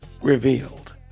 revealed